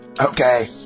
Okay